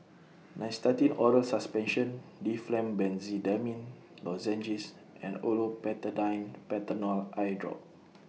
Nystatin Oral Suspension Difflam Benzydamine Lozenges and Olopatadine Patanol Eyedrop